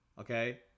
Okay